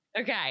Okay